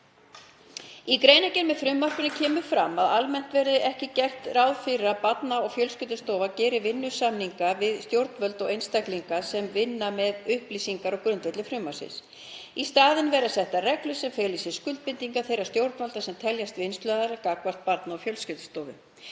Í greinargerð með frumvarpinu kemur fram að almennt verði ekki gert ráð fyrir að Barna- og fjölskyldustofa geri vinnslusamninga við stjórnvöld og einstaklinga sem vinna með upplýsingar á grundvelli frumvarpsins. Í staðinn verði settar reglur sem feli í sér skuldbindingar þeirra stjórnvalda sem teljast vinnsluaðilar gagnvart Barna- og fjölskyldustofu.